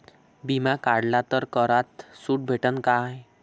बिमा काढला तर करात सूट भेटन काय?